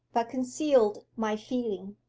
but concealed my feeling.